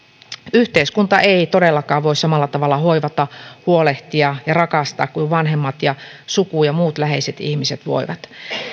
yhteiskunta ei todellakaan voi samalla tavalla hoivata huolehtia ja rakastaa kuin vanhemmat suku ja muut läheiset ihmiset voivat